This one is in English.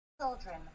children